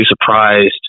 surprised